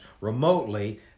remotely